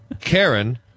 Karen